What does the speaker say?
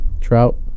Trout